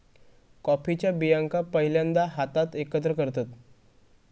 कॉफीच्या बियांका पहिल्यांदा हातात एकत्र करतत